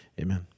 Amen